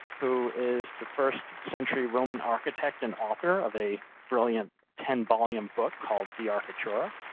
who is the first-century roman architect and author of a brilliant ten volume book called the architura.